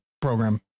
program